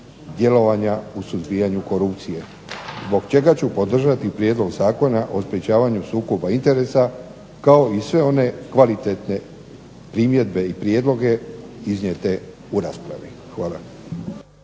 djelovanja u suzbijanju korupcije zbog čega ću podržati prijedlog zakona o sprječavanju sukoba interesa kao i sve one kvalitetne primjedbe i prijedloge iznijete u raspravi. Hvala.